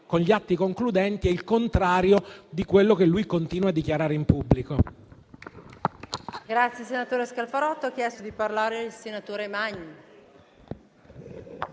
con gli atti concludenti è il contrario di quello che lui continua a dichiarare in pubblico.